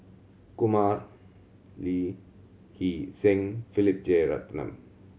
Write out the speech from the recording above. Kumar Lee Hee Seng Philip Jeyaretnam